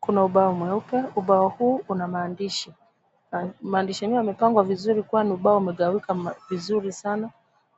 Kuna ubao mweupe, ubao huu una maandishi. Maandishi yenyewe yamepangwa vizuri kuwa ni ubao umegawika vizuri sana.